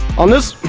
on this.